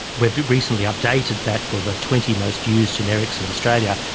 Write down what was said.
we've recently updated that for the twenty most used generics in australia,